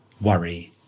worry